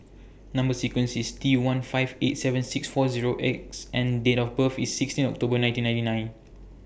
Number sequence IS T one five eight seven six four Zero X and Date of birth IS sixteen October nineteen ninety nine